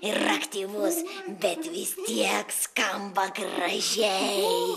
ir aktyvus bet vis tiek skamba gražiai